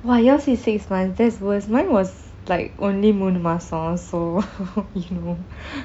!wah! yours is six months that's worse mine was like only மூனு மாசம்:moonu maasam so you